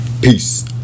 Peace